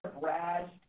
Brad